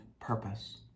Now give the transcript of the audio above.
purpose